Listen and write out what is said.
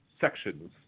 sections